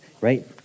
Right